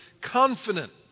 Confident